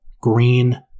Green